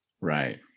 Right